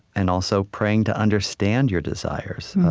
and also praying to understand your desires.